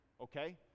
okay